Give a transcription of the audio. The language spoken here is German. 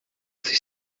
sich